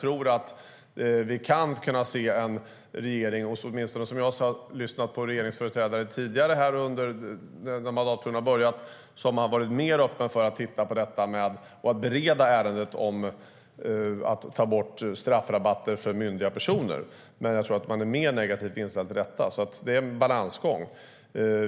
Åtminstone efter vad jag hört av regeringsföreträdare sedan mandatperiodens början har man varit mer öppen för att titta på och bereda ärendet om borttagandet av straffrabatter för myndiga personer. Men jag tror att man är mer negativt inställd till detta, så det är en balansgång.